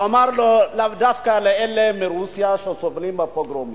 הוא אמר לו: לאו דווקא לאלה מרוסיה שסובלים מהפוגרומים,